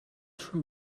from